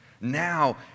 now